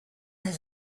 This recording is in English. has